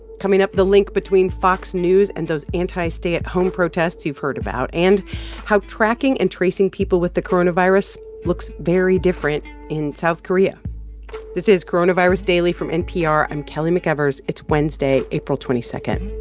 coming up, the link between fox news and those anti-stay-at-home protests you've heard about and how tracking and tracing people with the coronavirus looks very different in south korea this is coronavirus daily from npr. i'm kelly mcevers. it's wednesday, april twenty two